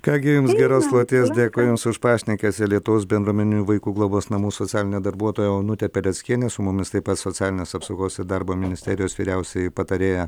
ką gi jums geros kloties dėkoju jums už pašnekesį lietuvos bendruomeninių vaikų globos namų socialinė darbuotoja onutė pereckienė su mumis taip pat socialinės apsaugos ir darbo ministerijos vyriausioji patarėja